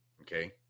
Okay